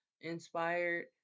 inspired